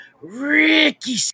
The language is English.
Ricky